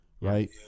right